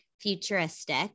futuristic